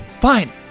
Fine